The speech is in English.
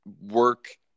work